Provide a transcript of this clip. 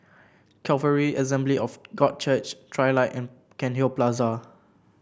Calvary Assembly of God Church Trilight and Cairnhill Plaza